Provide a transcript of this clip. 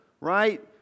right